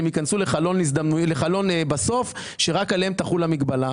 הם ייכנסו לחלון שבסוף רק עליהם תחול המגבלה.